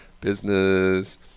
business